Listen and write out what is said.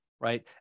right